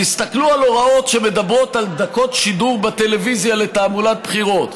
תסתכלו על ההוראות שמדברות על דקות שידור בטלוויזיה לתעמולת בחירות.